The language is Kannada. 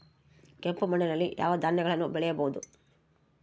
ಕೆಂಪು ಮಣ್ಣಲ್ಲಿ ಯಾವ ಧಾನ್ಯಗಳನ್ನು ಬೆಳೆಯಬಹುದು?